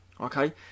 okay